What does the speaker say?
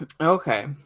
Okay